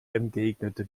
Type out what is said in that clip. entgegnete